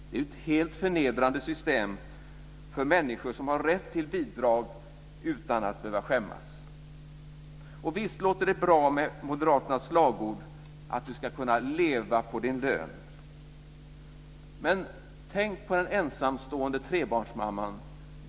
Det är ju ett helt förnedrande system för människor som har rätt till bidrag utan att behöva skämmas. Visst låter det bra med Moderaternas slagord om att man ska kunna leva på sin lön men, Gunnar Hökmark, tänk på den ensamstående trebarnsmamman!